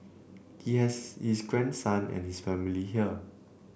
he has his grandson and his family here